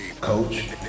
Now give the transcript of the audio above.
Coach